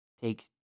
take